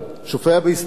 שופע היסטוריה,